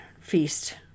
feast